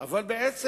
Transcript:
אבל במהות